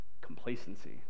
Complacency